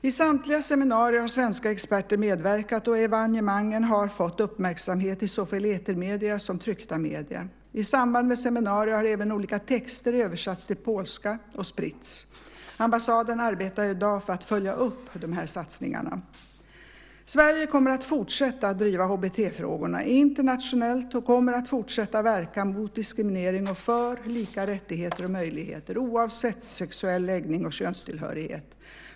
I samtliga seminarier har svenska experter medverkat och evenemangen har fått uppmärksamhet i såväl etermedier som tryckta medier. I samband med seminarier har även olika texter översatts till polska och spritts. Ambassaden arbetar i dag för att följa upp dessa satsningar. Sverige kommer att fortsätta att driva HBT-frågorna internationellt och kommer att fortsätta att verka mot diskriminering och för lika rättigheter och möjligheter oavsett sexuell läggning och könstillhörighet.